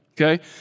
okay